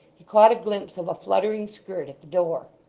he caught a glimpse of a fluttering skirt at the door.